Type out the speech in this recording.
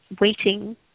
waiting